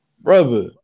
brother